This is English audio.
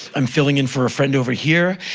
i'm filling in for a friend over here,